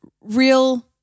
real